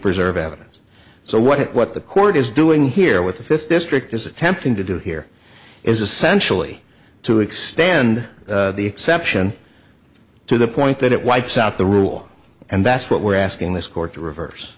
preserve evidence so what the court is doing here with the fifth district is attempting to do here is essentially to extend the exception to the point that it wipes out the rule and that's what we're asking this court to reverse